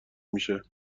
میشه